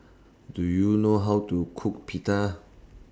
Do YOU know How to Cook Pita